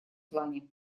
плане